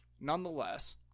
Nonetheless